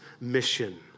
mission